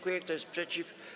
Kto jest przeciw?